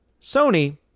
Sony